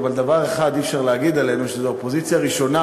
אבל דבר אחד אי-אפשר להגיד עלינו: זו אופוזיציה ראשונה